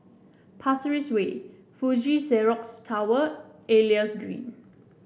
Pasir Ris Way Fuji Xerox Tower and Elias Green